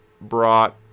brought